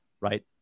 Right